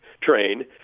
train